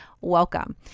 Welcome